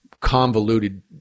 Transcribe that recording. convoluted